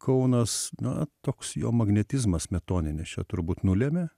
kaunas na toks jo magnetizmas smetoninis čia turbūt nulėmė